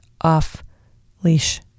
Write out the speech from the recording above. off-leash